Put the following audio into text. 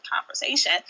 conversation